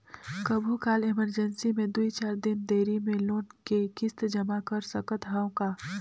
कभू काल इमरजेंसी मे दुई चार दिन देरी मे लोन के किस्त जमा कर सकत हवं का?